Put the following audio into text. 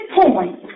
point